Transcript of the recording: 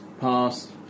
past